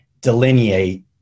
delineate